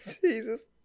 Jesus